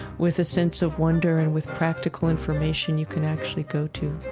with a sense of wonder and with practical information you can actually go to.